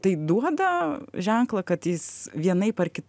tai duoda ženklą kad jis vienaip ar ki